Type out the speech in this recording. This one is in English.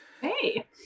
Hey